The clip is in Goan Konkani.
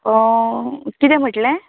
कितें म्हटलें